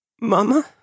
Mama